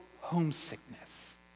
homesickness